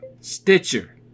Stitcher